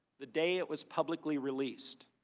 the day it was publicly released.